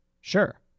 Sure